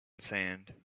sand